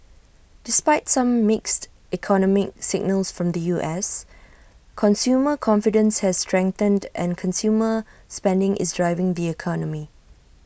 despite some mixed economic signals from the U S consumer confidence has strengthened and consumer spending is driving the economy